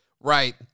Right